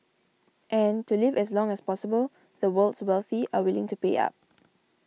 and to live as long as possible the world's wealthy are willing to pay up